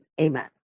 Amen